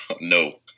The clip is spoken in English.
no